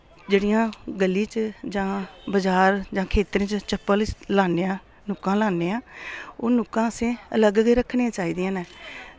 जेह्ड़ियां गली च जां बजार जां खेत्तरें च चप्पल इस लान्ने आं नुक्कां लान्ने आं ओह् नुक्कां असें अलग गै रक्खनियां चाहिदियां न